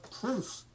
proof